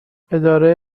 اداره